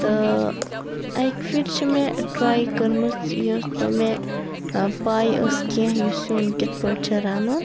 تہٕ اَکہِ پھِر چھِ مےٚ ٹرٛاے کٔرمٕژ یُس نہٕ مےٚ پَے ٲس کینٛہہ یہِ سیُن کِتھ پٲٹھۍ چھِ رَنُن